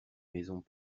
maisons